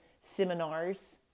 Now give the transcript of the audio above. seminars